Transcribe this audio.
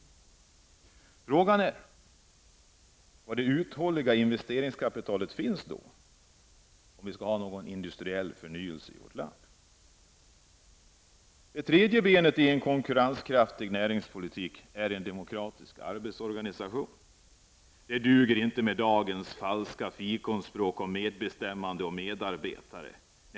Frågan är var det uthålliga investeringskapital finns, om vi nu skall ha någon industriell förnyelse i vårt land. Det tredje benet i en konkurrenskraftig näringspolitik är den demokratiska arbetsorganisationen. Det duger inte med dagens falska fikonspråk om medbestämmande och medarbetare.